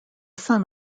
son